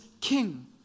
king